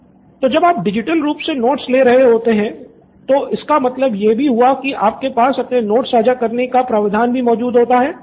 student 1 तो जब आप डिजिटल रूप से नोट्स ले रहे होते हैं तो इसका मतलब यह भी हुआ कि आपके पास अपने नोट्स साझा करने का प्रावधान भी मौजूद होता है